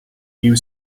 you